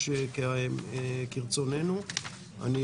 לשימוש בעודפי תקציב 2020 לשנת 2021 לפי הפירוט בנספח המצורף בזה שנמצא